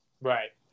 Right